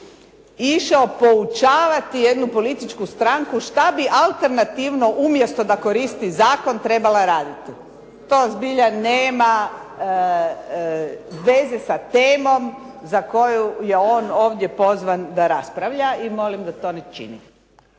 išao poučavati jednu političku stranku što bi alternativno, umjesto da koristi zakon trebala raditi. To zbilja nema veze sa temom za koju je on ovdje pozvan da raspravlja i molim da to ne čini.